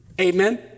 Amen